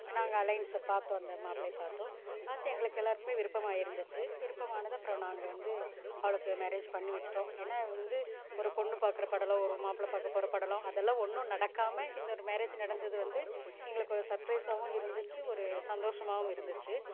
நாங்கள் அலைன்ஸை பார்த்தோம் அந்த மாப்பிளைய பார்த்தோம் பார்த்து எங்களுக்கு எல்லோர்க்குமே விருப்பமாக இருந்துச்சு விருப்பம் ஆனதும் அப்புறம் நாங்கள் வந்து அவளுக்கு மேரேஜ் பண்ணி வைச்சுட்டோம் ஏன்னால் வந்து ஒரு பொண்ணு பார்க்குற படலம் ஒரு மாப்ளை பார்க்கப்போற படலம் அதெல்லாம் ஒன்றும் நடக்காமல் இந்த ஒரு மேரேஜ் நடந்தது வந்து எங்களுக்கு ஒரு சர்ப்ரைஸாகவும் இருந்துச்சு ஒரு சந்தோஷமாகவும் இருந்துச்சு